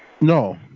no